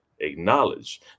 acknowledge